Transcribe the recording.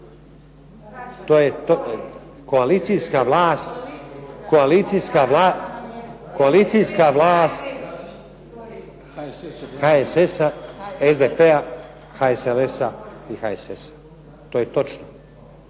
To je, koalicijska vlast HSS-A, SDP-a, HSLS-a i HSS-a to je točno,